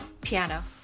Piano